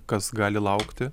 kas gali laukti